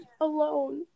alone